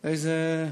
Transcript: איזו?